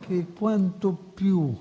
cui quanto più